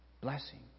blessing